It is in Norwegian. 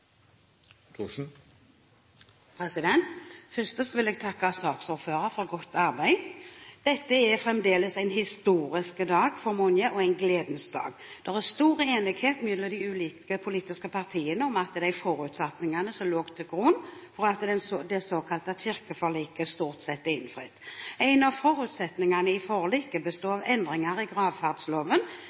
Først vil jeg takke saksordføreren for godt arbeid. Dette er fremdeles en historisk og, for mange, en gledens dag. Det er stor enighet mellom de ulike politiske partiene om at de forutsetningene som lå til grunn for det såkalte kirkeforliket, stort sett er innfridd. En av forutsetningene i forliket består i endringer i gravferdsloven,